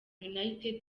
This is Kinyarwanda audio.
united